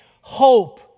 hope